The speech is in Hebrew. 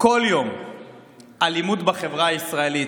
כל יום אלימות בחברה הישראלית.